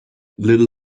little